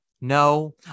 no